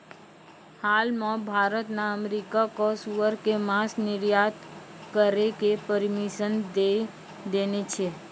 हाल मॅ भारत न अमेरिका कॅ सूअर के मांस निर्यात करै के परमिशन दै देने छै